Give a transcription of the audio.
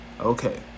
Okay